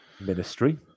ministry